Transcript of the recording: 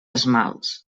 esmalts